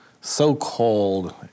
so-called